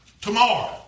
tomorrow